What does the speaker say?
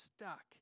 stuck